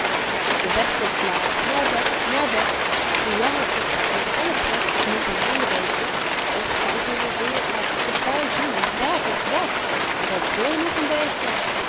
de bed klok slaat naar bed naar bed hoe jammer toch want alle pret is nu ten einde weet-je och als ik nu mijn zin eens had wat ik dan doen zou raadt eens wat wel k speelde nog een beetje